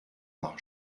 par